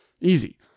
Easy